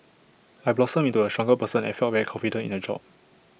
I blossomed into A stronger person and felt very confident in the job